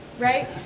Right